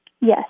Yes